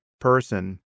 person